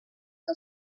que